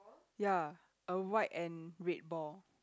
ya a white and red ball